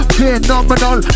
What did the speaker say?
Phenomenal